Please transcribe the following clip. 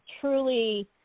truly